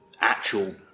actual